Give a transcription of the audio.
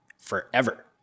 forever